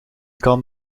kan